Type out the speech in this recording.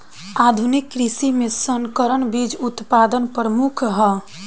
आधुनिक कृषि में संकर बीज उत्पादन प्रमुख ह